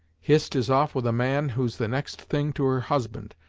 hist is off with a man who's the next thing to her husband,